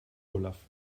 olaf